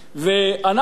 ואנחנו,